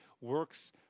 works